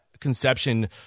conception